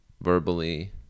verbally